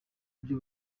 buryo